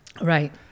right